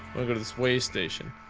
wanna go to this way station.